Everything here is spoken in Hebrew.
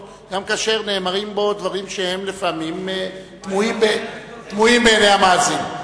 גם כאשר נאמרים בו דברים שהם לפעמים תמוהים בעיני המאזין.